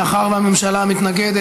מאחר שהממשלה אינה מתנגדת,